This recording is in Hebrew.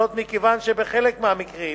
זאת, כיוון שבחלק מהמקרים